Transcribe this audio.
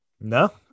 No